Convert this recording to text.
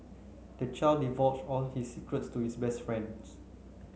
the child divulged all his secrets to his best friend